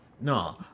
No